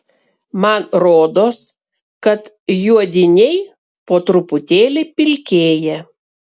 man rodos kad juodiniai po truputėlį pilkėja